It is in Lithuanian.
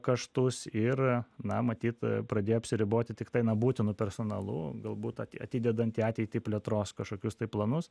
kaštus ir na matyt pradėjo apsiriboti tiktai na būtinu personalu galbūt ati atidedant į ateitį plėtros kažkokius planus